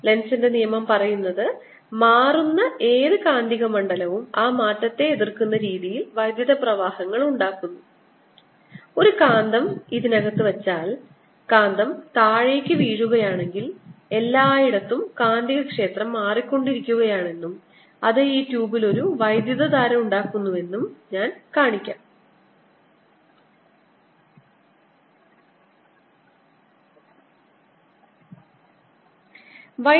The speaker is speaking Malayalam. ലെൻസിന്റെ നിയമം പറയുന്നത് മാറുന്ന ഏത് കാന്തിക മണ്ഡലവും ആ മാറ്റത്തെ എതിർക്കുന്ന തീയിൽ വൈദ്യുത പ്രവാഹങ്ങൾ ഉണ്ടാക്കുന്നു ഒരു കാന്തം ഇതിനകത്ത് വച്ചാൽ കാന്തം താഴേക്ക് വീഴുകയാണെങ്കിൽ എല്ലായിടത്തും കാന്തികക്ഷേത്രം മാറിക്കൊണ്ടിരിക്കുകയാണെന്നും അത് ഈ ട്യൂബിൽ ഒരു വൈദ്യുതധാര ഉണ്ടാക്കുന്നുവെന്നും ഞാൻ കാണിച്ചുതരാം